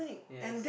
yes